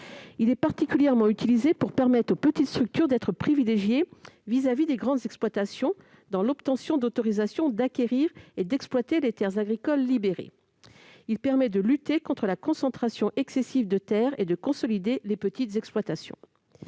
Il est particulièrement utilisé pour permettre aux petites structures d'être privilégiées par rapport aux grandes exploitations, dans l'obtention de l'autorisation d'acquérir et d'exploiter les terres agricoles libérées. Il permet de lutter contre la concentration excessive des terres et de consolider les petites exploitations.